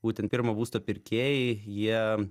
būtent pirmo būsto pirkėjai jie